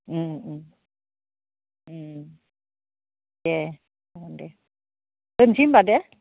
देह जागोन देह दोननोसै होनबा दे